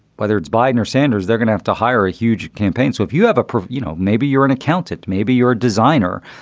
whether it's biden or sanders, they're gonna have to hire a huge campaign. so if you have a you know, maybe you're an accountant, maybe you're a designer,